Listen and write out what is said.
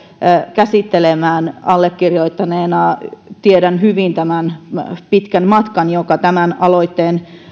käsittelemään allekirjoittaneena tiedän hyvin pitkän matkan jonka tämän aloitteen